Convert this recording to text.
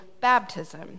baptism